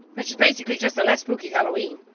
which is basically just a less spooky halloween.